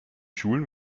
schulen